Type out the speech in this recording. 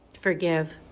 forgive